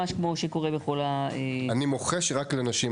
ממש כמו שקורה בכל --- אני מוחה על כך שאת דואגת רק לנשים.